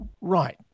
Right